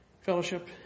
fellowship